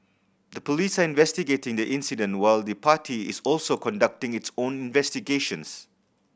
the police are investigating the incident while the party is also conducting its own investigations